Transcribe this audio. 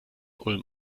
ulm